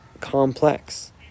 complex